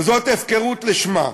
וזאת הפקרות לשמה.